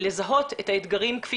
אני מחויבת לתת בהקדם את הדעת על כך בכובעי